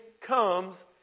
comes